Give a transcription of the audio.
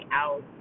out